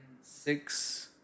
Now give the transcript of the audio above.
six